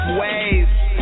waves